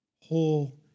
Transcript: whole